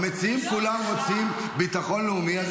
המציעים כולם רוצים ביטחון לאומי,